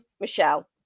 Michelle